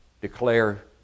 declare